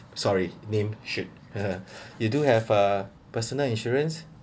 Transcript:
sorry names should you do have a personal insurance